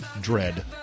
dread